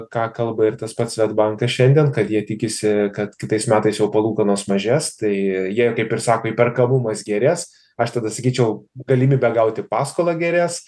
ką kalba ir tas pats svedbankas šiandien kad jie tikisi kad kitais metais jau palūkanos mažės tai jie kaip ir sako įperkamumas gerės aš tada sakyčiau galimybė gauti paskolą gerės